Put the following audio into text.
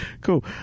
Cool